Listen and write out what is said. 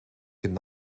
could